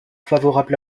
favorable